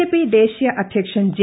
JP ദേശീയ അദ്ധ്യക്ഷൻ J